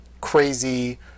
crazy